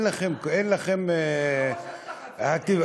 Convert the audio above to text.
אין לכם, אתה לא חושב שאתה חצוף?